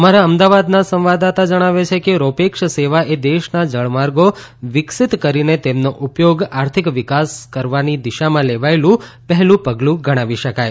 અમારા અમદાવાદના સંવાદદાતા જણાવે છે કે રોપેક્ષ સેવા એ દેશના જળમાર્ગો વિકસીત કરીને તેમનો ઉપયોગ આર્થિક વિકાસમાં કરવાની દિશામાં લેવાયેલું પહેલું પગલું ગણાવી શકાય